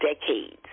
decades